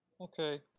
Okay